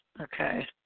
Okay